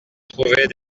trouver